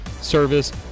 service